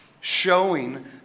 showing